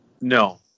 No